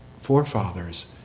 forefathers